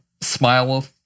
smile